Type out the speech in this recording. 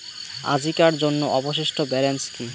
আজিকার জন্য অবশিষ্ট ব্যালেন্স কি?